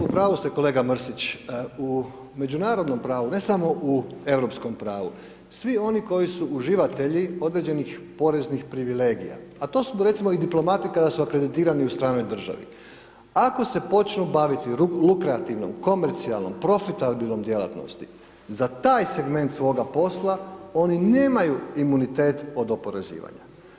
U pravu ste kolega Mrsić, u međunarodnom pravu ne samo u Europskom pravu, svi oni koji su uživatelji određenih poreznih privilegija, a to su recimo i diplomati kada su akreditirani u stranoj državi, ako se počnu baviti lukreativnom, komercijalnom, profitabilnom djelatnosti, za taj segment svoga posla oni nemaju imunitet od oporezivanja.